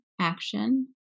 action